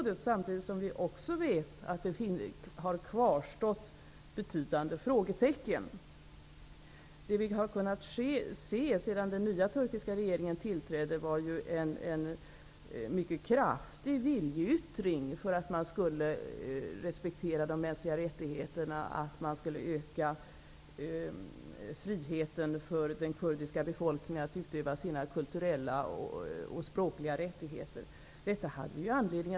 Vi vet samtidigt att betydande frågetecken har kvarstått. Det som vi har kunnat se sedan den turkiska regeringen tillträdde är en mycket kraftig viljeyttring för respekten av de mänskliga rättigheterna och för utökningen av friheten att utöva sina kulturella och språkliga rättigheter för den kurdiska befolkningen.